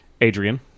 adrian